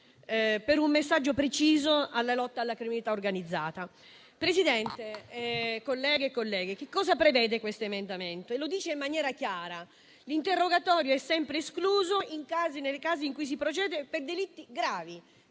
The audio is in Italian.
per un messaggio preciso alla lotta alla criminalità organizzata. Che cosa prevede questo emendamento dicendolo in maniera chiara? L'interrogatorio è sempre escluso nei casi in cui si procede per delitti gravi.